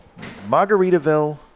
Margaritaville